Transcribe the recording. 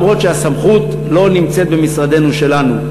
אף שהסמכות לא נמצאת במשרדנו שלנו.